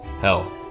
Hell